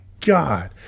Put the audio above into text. god